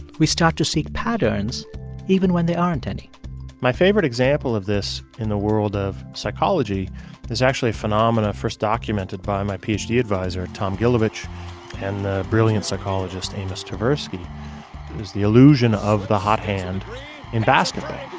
we start to see patterns even when there aren't any my favorite example of this in the world of psychology is actually a phenomena first documented by my ph d. adviser tom gilovich and the brilliant psychologist amos tversky. it was the illusion of the hot hand in basketball